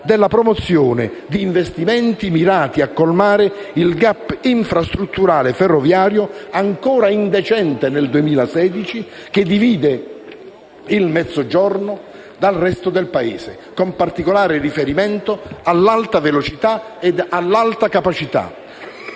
di promozione di investimenti mirati a colmare il *gap* infrastrutturale ferroviario, ancora indecente nel 2016, che divide il Mezzogiorno dal resto del Paese, con particolare riferimento all'alta velocità e all'alta capacità,